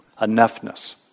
enoughness